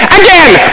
again